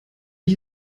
ich